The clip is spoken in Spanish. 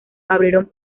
abrieron